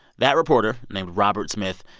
that reporter, named robert smith,